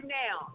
now